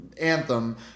anthem